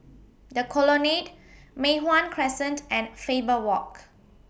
The Colonnade Mei Hwan Crescent and Faber Walk